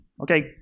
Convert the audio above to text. Okay